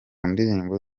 ndirimbo